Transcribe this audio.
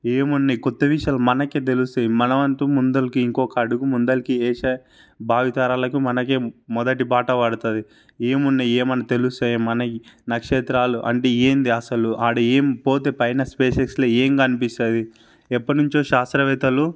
ఏమున్నాయి కొత్త విషయాలు మనకే తెలుస్తుంది మన వంతు ముందరకి ఇంకొక అడుగు ముందలకి ఏసే భావితరాలకు మనకే మొదటి బాట పడుతుంది ఏమున్నాయి ఏమన్నా తెలుస్తుంది మనకి నక్షత్రాలు అంటే ఏంది అసలు ఆడ ఏం పోతే పైన స్పేస్ ఎక్స్లో ఏం కనిపిస్తుంది ఎప్పటి నుంచో శాస్త్రవేత్తలు